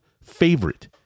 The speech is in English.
favorite